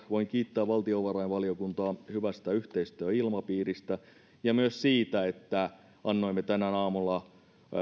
voin kiittää valtiovarainvaliokuntaa hyvästä yhteistyöilmapiiristä ja myös siitä että annoimme tänään aamulla